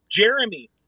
jeremy